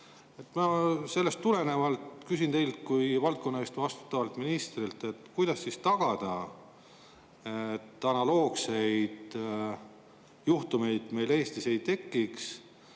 Sellest tulenevalt küsin teilt kui valdkonna eest vastutavalt ministrilt: kuidas tagada, et analoogseid juhtumeid Eestis enam ei tekiks,